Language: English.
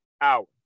hour